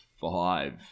Five